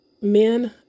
Men